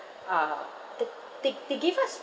ah th~ the~ they gave us